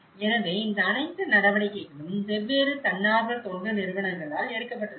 எனவே இந்த அனைத்து நடவடிக்கைகளும் வெவ்வேறு தன்னார்வ தொண்டு நிறுவனங்களால் எடுக்கப்பட்டுள்ளன